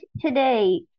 today